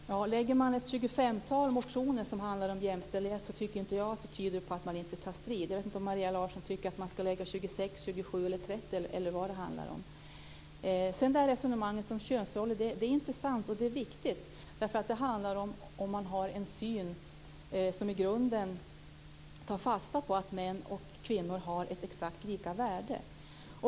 Fru talman! Har man lagt fram ett tjugofemtal motioner som handlar om jämställdhet tycker inte jag att det tyder på att man inte tar strid. Jag vet inte om Maria Larsson tycker att det ska vara 26, 27, 30 eller vad det handlar om. Resonemanget om könsrollerna är intressant och viktigt därför att det handlar om huruvida man har en syn som i grunden tar fasta på att män och kvinnor har ett exakt lika värde.